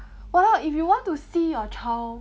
!walao! if you want to see your child